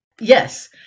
Yes